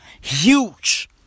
Huge